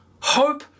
hope